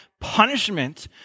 punishment